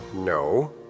No